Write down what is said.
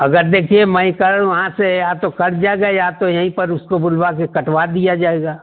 अगर देखिए मैं कल वहाँ से या तो कट जाएगा या तो यहीं पर उसको बुलवा के कटवा दिया जाएगा